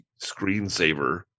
screensaver